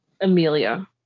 amelia